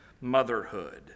motherhood